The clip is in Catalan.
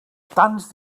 tants